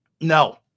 No